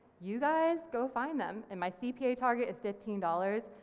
you guys go find them, and my cpa target is fifteen dollars,